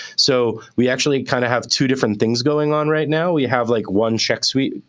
so we actually kind of have two different things going on right now. we have like one check suite,